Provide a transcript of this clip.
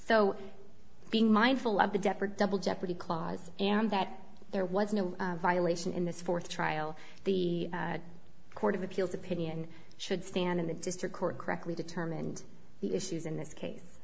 so being mindful of the depor double jeopardy clause and that there was no violation in this fourth trial the court of appeals opinion should stand in the district court correctly determined the issues in this case